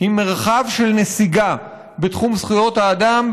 היא מרחב של נסיגה בתחום זכויות האדם,